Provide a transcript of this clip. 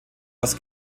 aus